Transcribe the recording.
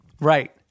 right